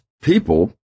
people